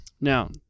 Now